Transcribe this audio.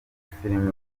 film